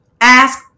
Ask